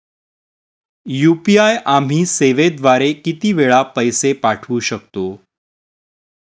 UPI आम्ही सेवेद्वारे किती वेळा पैसे पाठवू शकतो?